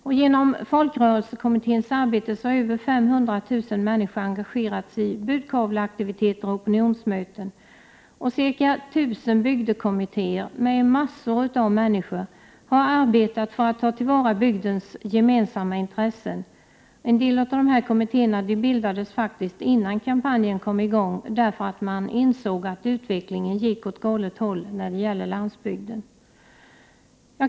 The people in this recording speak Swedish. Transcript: e Genom folkrörelsekommitténs arbete har över 500 000 människor engagerats i budkavleaktiviteter och opinionsmöten. e Ca 1 000 bygdekommittéer och mängder av människor har arbetat för att ta till vara bygdens gemensamma intressen. En del av dessa kommittéer bildades faktiskt innan kampanjen kom i gång, eftersom man insåg att utvecklingen gick åt galet håll när det gällde landsbygden.